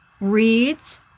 reads